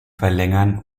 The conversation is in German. verlängern